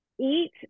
eat